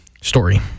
Story